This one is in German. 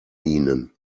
ihnen